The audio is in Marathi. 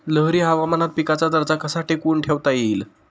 लहरी हवामानात पिकाचा दर्जा कसा टिकवून ठेवता येईल?